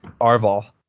Arval